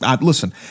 listen